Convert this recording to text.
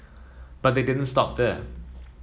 but they didn't stop there